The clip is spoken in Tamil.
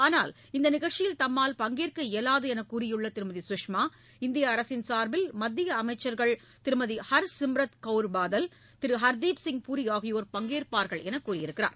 ஆளால் இந்த நிகழ்ச்சியில் தம்மால் பங்கேற்க இயலாது என்று கூறியுள்ள திருமதி சுஷ்மா இந்திய அரசின் சார்பில் மத்திய அமைச்சர்கள் திருமதி ஹர்சிம்ரத் கவுர் பாதல் திரு ஹர்தீப்சிங் பூரி ஆகியோர் பங்கேற்பார்கள் எனவும் தெரிவித்துள்ளார்